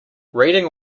reading